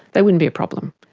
they wouldn't be a problem.